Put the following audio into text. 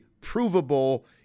provable